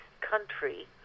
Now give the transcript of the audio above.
country